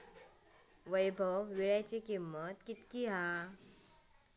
वैभव वीळ्याची किंमत किती हा?